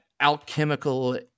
alchemical